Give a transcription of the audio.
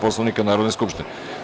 Poslovnika Narodne skupštine.